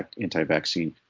anti-vaccine